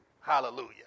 Hallelujah